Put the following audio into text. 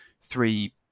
three